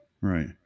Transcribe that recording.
Right